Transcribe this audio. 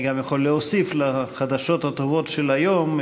אני גם יכול להוסיף לחדשות הטובות של היום,